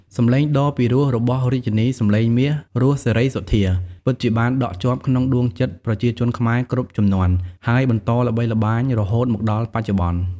សំឡេងដ៏ពីរោះរបស់រាជិនីសម្លេងមាស រស់ សេរីសុទ្ធា ពិតជាបានដក់ជាប់ក្នុងដួងចិត្តប្រជាជនខ្មែរគ្រប់ជំនាន់ ហើយបន្តល្បីល្បាញរហូតមកដល់បច្ចុប្បន្ន។